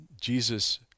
Jesus